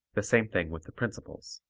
the same thing with the principals.